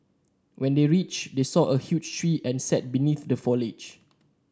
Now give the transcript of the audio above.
when they reached they saw a huge tree and sat beneath the foliage